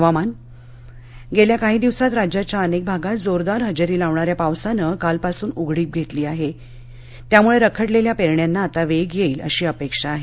हवामान गेल्या काही दिवसात राज्याच्या अनेक भागात जोरदार हजेरी लावणाऱ्या पावसानं कालपासून उघडीप घेतली आहे त्यामुळे रखडलेल्या पेरण्यांना आता वेग येईल अशी अपेक्षा आहे